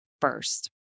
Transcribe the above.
first